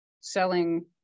selling